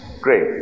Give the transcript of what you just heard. Great